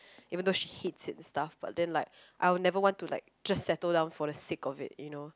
even though she hates it stuff but then like I will never want to like just settle down for the sake of it you know